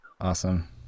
awesome